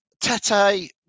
Tete